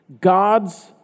God's